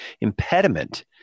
impediment